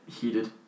heated